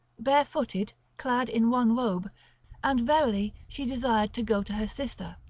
bare-footed, clad in one robe and verily she desired to go to her sister,